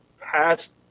past